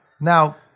Now